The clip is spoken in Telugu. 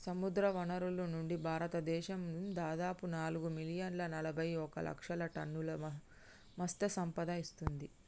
సముద్రవనరుల నుండి, భారతదేశం దాదాపు నాలుగు మిలియన్ల నలబైఒక లక్షల టన్నుల మత్ససంపద ఇస్తుంది